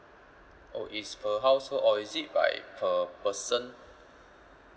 oh is per household or is it by per person